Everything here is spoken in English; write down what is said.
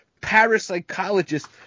parapsychologist